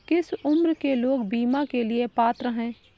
किस उम्र के लोग बीमा के लिए पात्र हैं?